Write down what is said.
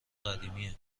قدیمه